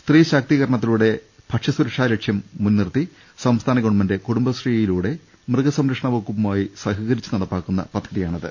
സ്ത്രീ ശാസ്തീകരണ ത്തിലൂടെ ഭക്ഷ്യസുരക്ഷാ ലക്ഷ്യം മുൻനിർത്തി സംസ്ഥാന ഗവൺമെന്റ് കുടുംബശ്രീയിലൂടെ മൃഗസംരക്ഷണവകുപ്പുമായി സഹകരിച്ച് നടപ്പാ ക്കുന്ന പദ്ധതിയാണിത്